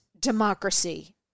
democracy